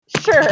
Sure